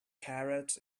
carrots